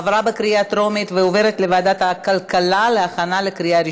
לוועדת הכלכלה נתקבלה.